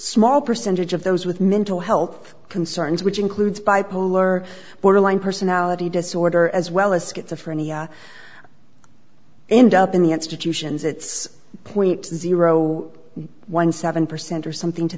small percentage of those with mental health concerns which includes bipolar borderline personality disorder as well as schizophrenia end up in the institutions it's point zero one seven percent or something to